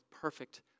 perfect